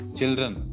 children